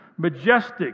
Majestic